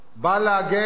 בא להגן